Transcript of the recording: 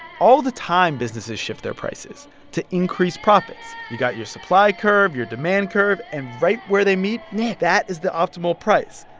all the time, businesses shift their prices to increase profits. you've got your supply curve, your demand curve. and right where they meet. nick. that is the optimal price.